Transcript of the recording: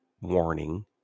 warning